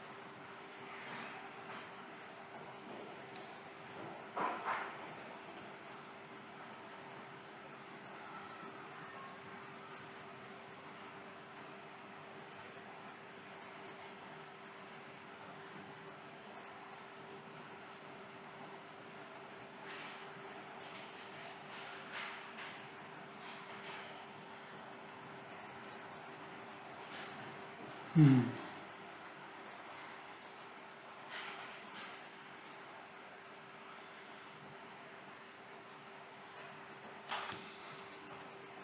mm